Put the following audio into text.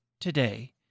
today